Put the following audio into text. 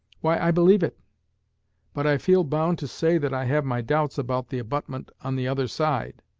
why, i believe it but i feel bound to say that i have my doubts about the abutment on the other side